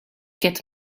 get